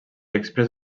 exprés